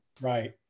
right